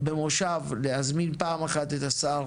במושב להזמין פעם אחת את השר